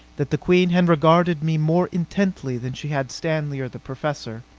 that the queen had regarded me more intently than she had stanley or the professor,